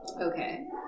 Okay